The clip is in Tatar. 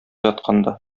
ятканда